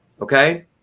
okay